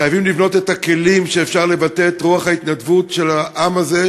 חייבים לבנות את הכלים שיאפשרו לבטא את רוח ההתנדבות של העם הזה,